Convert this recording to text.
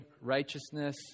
righteousness